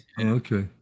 Okay